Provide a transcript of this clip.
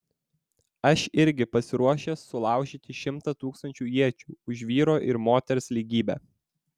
aš irgi pasiruošęs sulaužyti šimtą tūkstančių iečių už vyro ir moters lygybę